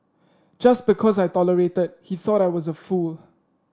just because I tolerated he thought I was a fool